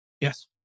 Yes